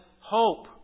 hope